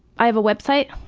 i have a website,